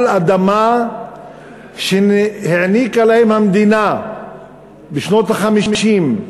על אדמה שהעניקה להם המדינה בשנות ה-50.